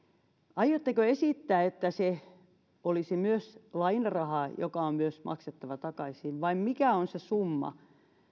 aiotteko esittää että se olisi myös lainarahaa joka on myös maksettava takaisin vai mikä on se summa